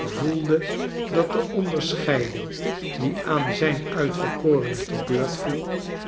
voelde dat de onderscheiding die aan zijn uitverkorene te beurt viel